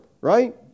right